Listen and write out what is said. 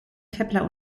kepler